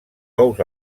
ous